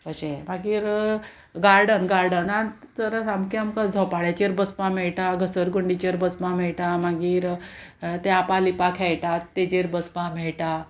अशें मागीर गार्डन गार्डनांत तर सामकें आमकां झोपाळ्याचेर बसपा मेयटा घसर कुंडीचेर बसपा मेयटा मागीर तें आपलीपा खेळटात तेचेर बसपा मेयटा